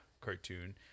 cartoon